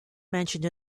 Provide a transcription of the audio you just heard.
mentioned